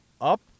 up